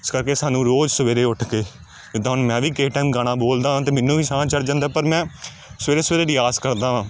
ਇਸ ਕਰਕੇ ਸਾਨੂੰ ਰੋਜ਼ ਸਵੇਰੇ ਉੱਠ ਕੇ ਜਿੱਦਾਂ ਹੁਣ ਮੈਂ ਵੀ ਕਿਸੇ ਟੈਮ ਗਾਣਾ ਬੋਲਦਾ ਤਾਂ ਮੈਨੂੰ ਵੀ ਸਾਹ ਚੜ੍ਹ ਜਾਂਦਾ ਪਰ ਮੈਂ ਸਵੇਰੇ ਸਵੇਰੇ ਰਿਆਜ਼ ਕਰਦਾ ਹਾਂ